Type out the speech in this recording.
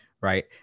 right